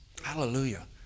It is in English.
Hallelujah